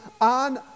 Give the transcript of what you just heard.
on